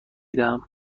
دهم